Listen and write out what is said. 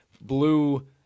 blue